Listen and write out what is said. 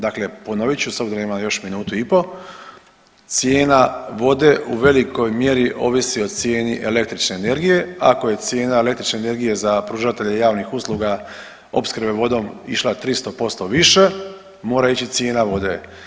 Dakle, ponovit ću, s obzirom da imam još minutu i po', cijena vode u velikoj mjeri ovisi o cijeni električne energije, ako je cijena električne energije za pružatelje javnih usluga opskrbe vodom išla 300% više, mora ići i cijena vode.